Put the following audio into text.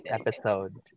episode